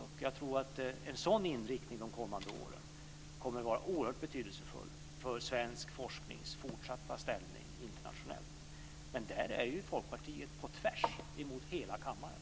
Och jag tror att en sådan inriktning under de kommande åren kommer att vara oerhört betydelsefull för svensk forsknings fortsatta ställning internationellt. Men där är ju Folkpartiet på tvärs mot hela kammaren.